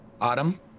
Autumn